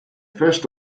first